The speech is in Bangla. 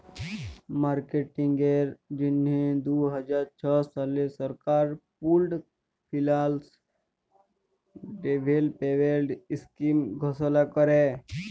মার্কেটিংয়ের জ্যনহে দু হাজার ছ সালে সরকার পুল্ড ফিল্যাল্স ডেভেলপমেল্ট ইস্কিম ঘষলা ক্যরে